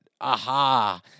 aha